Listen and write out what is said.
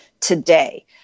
today